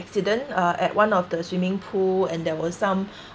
accident uh at one of the swimming pool and there were some